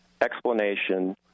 explanation